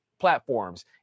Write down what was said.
Platforms